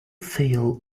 feel